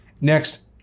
Next